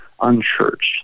unchurched